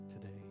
today